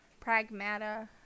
Pragmata